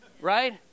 right